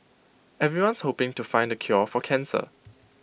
everyone's hoping to find the cure for cancer